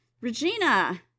Regina